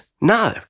no